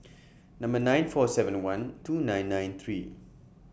Number nine four seven and one two nine nine three